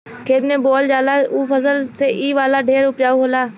खेत में बोअल जाला ऊ फसल से इ वाला ढेर उपजाउ होला